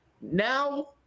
Now